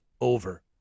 over